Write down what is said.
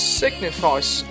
signifies